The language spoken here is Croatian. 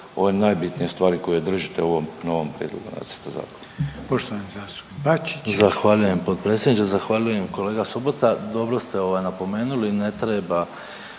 ove najbitnije stvari koje držite u ovom novom prijedlogu nacrta zakona.